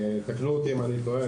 תקנו אותי אם אני טועה.